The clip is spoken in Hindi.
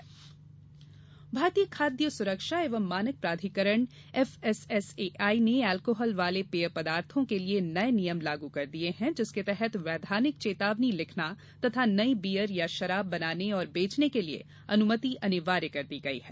एफएसएसएआई भारतीय खाद्य संरक्षा एवं मानक प्राधकरण एफएसएसएआई ने अल्कोहल वाले पेय पदार्थों के लिए नये नियम लागू कर दिये जिसके तहत वैधानिक चेतावनी लिखना तथा नयी बीयर या शराब बनाने और बेचने के लिए अनुमति अनिवार्य कर दी गयी है